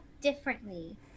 differently